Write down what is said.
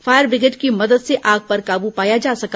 fire brigade की मदद से आग पर काबू पाया जा सका